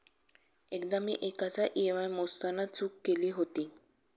एकदा मी एकाचा ई.एम.आय मोजताना चूक केली होती